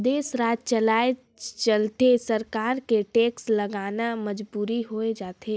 देस, राज चलाए चलते सरकार ल टेक्स लगाना मजबुरी होय जाथे